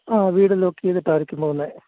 ആ വീട് ലോക്ക് ചെയ്തിട്ടായിരിക്കും പോവുന്നത്